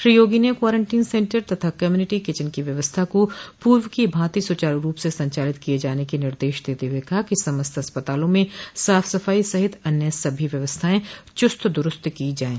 श्री योगी ने quarantine centre तथा community kitchen व्यवस्था को पूर्व की भांति सुचारु रूप से संचालित किये जाने के निर्देश देते हुए कहा कि समस्त अस्पतालों में साफ सफाई सहित अन्य सभी व्यवस्थाएं चुस्त दुरुस्त की जायें